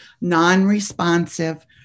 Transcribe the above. non-responsive